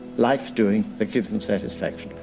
likes doing, that gives them satisfaction.